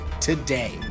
today